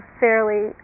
fairly